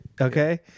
Okay